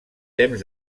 temps